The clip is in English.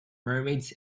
mermaids